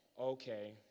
Okay